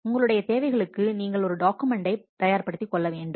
உங்களுடைய தேவைகளுக்கு நீங்கள் ஒரு டாக்குமெண்டை தயார்படுத்திக்கொள்ள வேண்டும்